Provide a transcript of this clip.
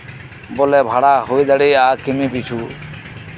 ᱵᱚᱞᱮ ᱵᱷᱟᱲᱟ ᱦᱩᱭ ᱫᱟᱲᱮᱭᱟᱜᱼᱟ ᱠᱤᱢᱤ ᱯᱤᱪᱷᱩ